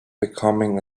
becoming